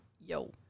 yo